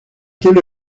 quelle